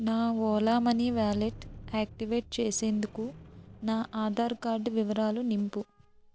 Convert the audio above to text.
నా Ola money wallet activate చేసేందుకు నా ఆధార్ కార్డు వివరాలు నింపు